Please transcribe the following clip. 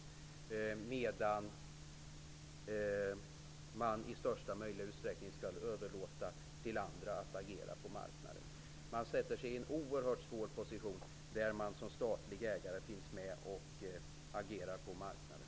Själva agerandet på marknaden skall man i största möjliga utsträckning överlåta till andra. En statlig ägare sitter i en oerhört svår position om han skall agera på marknaden.